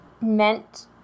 meant